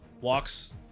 walks